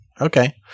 okay